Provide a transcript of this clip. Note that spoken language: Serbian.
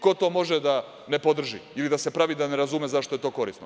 Ko to može da ne podrži ili da se pravi da ne razume zašto je to korisno?